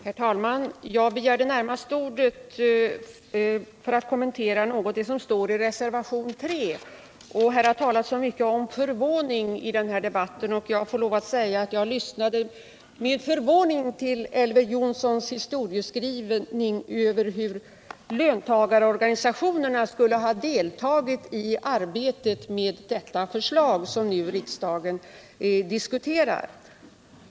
Herr talman! Jag begärde ordet närmast för att något kommentera vad som står i reservationen 3. Det har i den här debatten talats rätt mycket om förvåning, och jag får lov all Säga att jag lyssnade med fövåning till Elver Jonssons historieskrivning om hur löntagarorganisationerna hade deltagit i arbetet med det förslag som vi nu diskuterar.